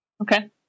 okay